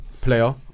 player